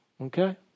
Okay